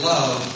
Love